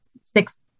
six